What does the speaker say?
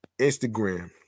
Instagram